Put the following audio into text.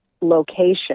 location